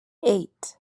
eight